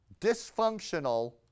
dysfunctional